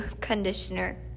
conditioner